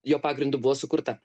jo pagrindu buvo sukurta